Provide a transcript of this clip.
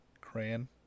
Crayon